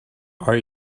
are